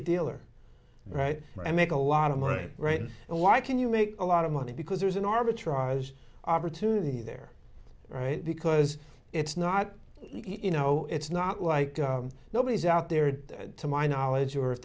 a dealer right i make a lot of money right now why can you make a lot of money because there's an arbitrage opportunity there right because it's not you know it's not like nobody's out there to my knowledge or if